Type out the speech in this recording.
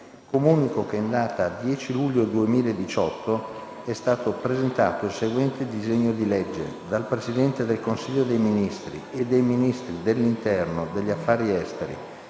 Comunico che in data 10 luglio 2018 è stato presentato il seguente disegno di legge: *dal Presidente del Consiglio dei ministri e dai Ministri dell'interno; degli affari esteri